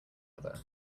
other